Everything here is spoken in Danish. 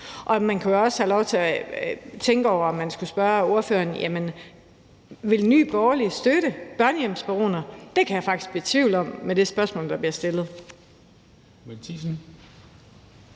til at tænke over, om man skulle spørge ordføreren: Jamen vil Nye Borgerlige støtte børnehjemsbaroner? Det kan jeg faktisk blive i tvivl om med det spørgsmål, der bliver stillet.